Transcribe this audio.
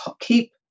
keep